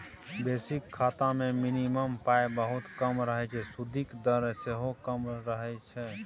basic खाता मे minimum पाइ बहुत कम रहय छै सुदिक दर सेहो कम रहय छै